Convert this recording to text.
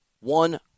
One